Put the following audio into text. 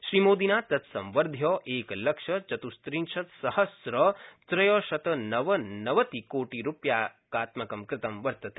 श्रीमोदिना तत् सम्वर्ध्य एकलक्षचतृश्त्रिंशत्सहस्र त्रयशतनवनवतिकोटिरुप्यात्मक कृत वर्तते